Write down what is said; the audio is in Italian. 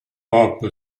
pop